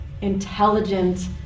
intelligent